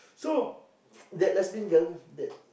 so that lesbian girl that